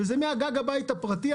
וזה מגג הבית הפרטי,